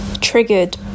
triggered